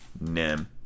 nim